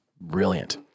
brilliant